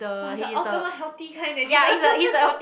!wah! the ultimate healthy kind eh this one